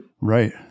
Right